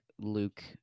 Luke